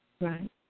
Right